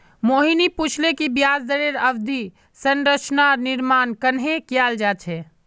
मोहिनी पूछले कि ब्याज दरेर अवधि संरचनार निर्माण कँहे कियाल जा छे